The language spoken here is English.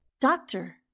Doctor